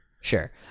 sure